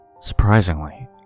surprisingly